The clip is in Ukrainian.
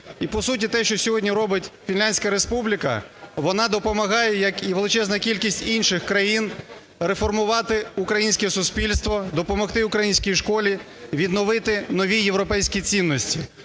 І по суті те, що сьогодні робить Фінляндська Республіка, вона допомагає, як і величезна кількість інших країн, реформувати українське суспільство, допомогти українській школі відновити нові європейські цінності.